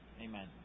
Amen